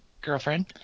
girlfriend